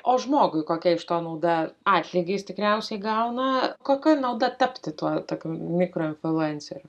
o žmogui kokia iš to nauda atlygį jis tikriausiai gauna kokia nauda tapti tuo tokiu mikroinfluenceriu